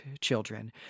children